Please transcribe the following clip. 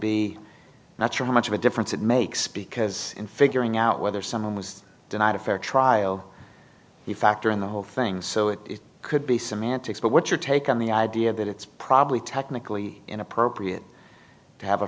how much of a difference it makes because in figuring out whether someone was denied a fair trial you factor in the whole thing so it could be semantics but what's your take on the idea that it's probably technically inappropriate to have a